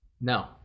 No